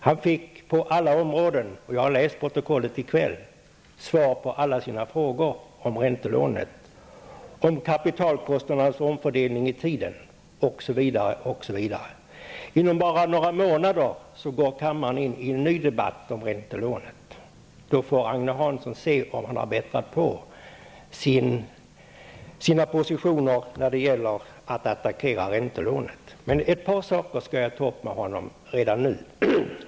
Han fick på alla områden -- jag har läst protokollet i kväll -- svar på alla sina frågor om räntelånen, om kapitalkostnadernas omfördelning i tiden, osv., osv. Inom bara några månader går kammaren in i en ny debatt om räntelånet. Då får Agne Hansson se om han har bättrat på sina positioner när det gäller att attackera räntelånet. Ett par saker skall jag ta upp med Agne Hansson redan nu.